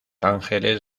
ángeles